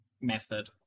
method